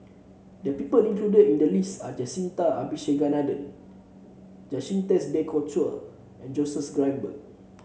the people included in the list are Jacintha Abisheganaden de Coutre and Joseph Grimberg